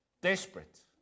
desperate